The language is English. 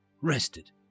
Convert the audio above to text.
rested